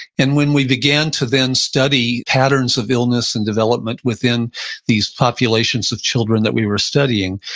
and when we began to then study patterns of illness and development within these populations of children that we were studying,